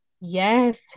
Yes